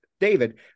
David